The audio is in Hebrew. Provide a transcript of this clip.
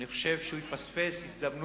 אני חושב שהוא יפספס הזדמנות